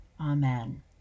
amen